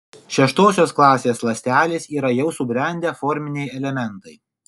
šeštosios klasės ląstelės yra jau subrendę forminiai elementai